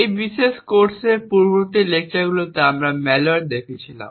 এই বিশেষ কোর্সের পূর্ববর্তী লেকচারগুলিতে আমরা ম্যালওয়্যার দেখেছিলাম